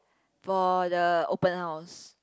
for the open house